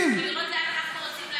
ולראות לאן אנחנו רוצים להגיע,